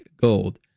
gold